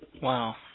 Wow